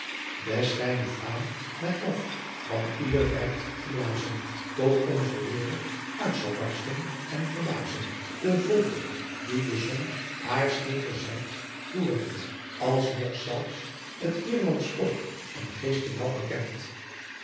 zijne faam met lof van yder wijd geblazen tot onzer wereld uit zal barsten en verbazen de volken dien de zon haar slinkerzijd toewendt als noch zelf t hierlandsch spook en geesten naauw bekent